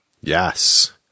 Yes